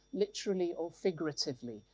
literally or figuratively,